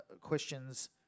questions